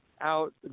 out